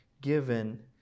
given